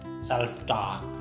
self-talk